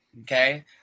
okay